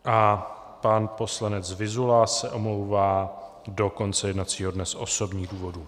A pan poslanec Vyzula se omlouvá do konce jednacího dne z osobních důvodů.